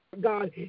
God